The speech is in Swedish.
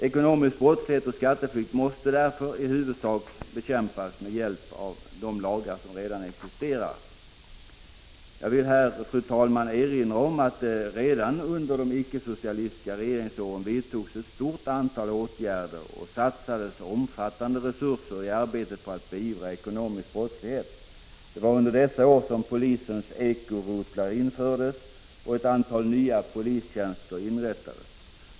Ekonomisk brottslighet och skatteflykt måste därför i huvudsak bekämpas med hjälp av de lagar som redan existerar. Jag vill, fru talman, erinra om att det redan under de icke-socialistiska regeringsåren vidtogs ett stort antal åtgärder och satsades omfattande resurser i arbetet på att beivra ekonomisk brottslighet. Det var under dessa år som polisens eko-rotlar infördes och ett antal nya polistjänster inrättades.